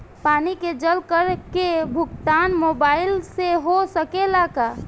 पानी के जल कर के भुगतान मोबाइल से हो सकेला का?